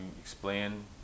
explain